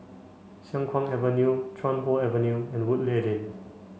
Siang Kuang Avenue Chuan Hoe Avenue and Woodleigh Lane